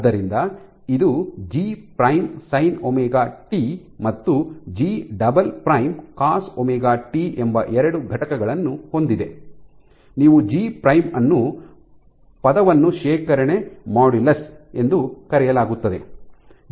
ಆದ್ದರಿಂದ ಇದು G prime prime ' sine omega T G' Sin ωt ಮತ್ತು G double prime double prime " cos omega T G" Cos ωt ಎಂಬ ಎರಡು ಘಟಕಗಳನ್ನು ಹೊಂದಿದೆ ಈ ಜಿ G' ಪ್ರೈಮ್ prime' ಅನ್ನುವ ಪದವನ್ನು ಶೇಖರಣಾ ಮಾಡ್ಯುಲಸ್ ಎಂದು ಕರೆಯಲಾಗುತ್ತದೆ